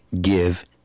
Give